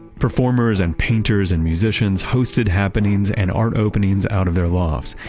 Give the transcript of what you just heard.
performers and painters and musicians hosted happenings and art openings out of their lofts,